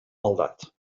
maldat